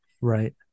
Right